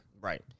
Right